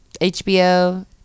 HBO